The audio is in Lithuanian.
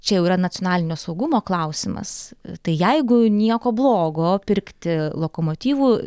čia jau yra nacionalinio saugumo klausimas tai jeigu nieko blogo pirkti lokomotyvų